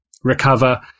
recover